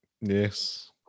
Yes